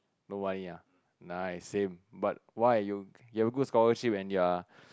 no money ah nice same but why you you have a good scholarship and you are